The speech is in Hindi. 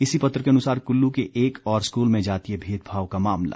इसी पत्र के अनुसार कुल्लू के एक और स्कूल में जातीय भेदभाव का मामला